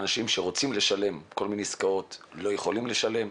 אנשים שרוצים לשלם על עסקאות לא יכולים לעשות זאת,